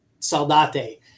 Saldate